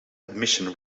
admission